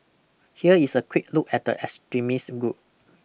here is a quick look at the extremist group